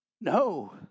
No